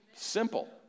Simple